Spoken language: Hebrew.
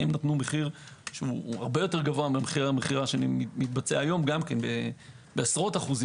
הם נתנו מחיר שהרבה יותר גבוה מהמחיר שמתבצע היום בעשרות אחוזים